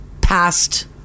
past